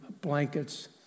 blankets